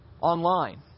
online